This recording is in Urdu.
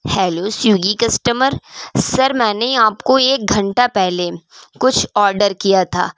ہیلو سویگی کسٹمر سر میں نے آپ کو ایک گھنٹہ پہلے کچھ آرڈر کیا تھا